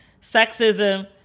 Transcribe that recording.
sexism